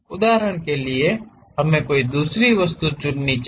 उदाहरण के लिए हमें कोई दूसरी वस्तु चुननी चाहिए